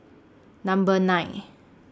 Number nine